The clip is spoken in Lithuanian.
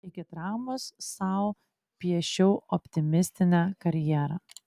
iki traumos sau piešiau optimistinę karjerą